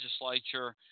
legislature